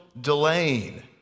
delaying